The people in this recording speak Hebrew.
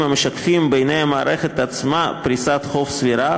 המשקפים בעיני המערכת עצמה פריסת חוב סבירה,